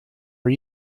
are